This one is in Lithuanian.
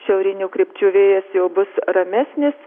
šiaurinių krypčių vėjas jau bus ramesnis